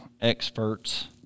experts